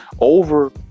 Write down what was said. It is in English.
over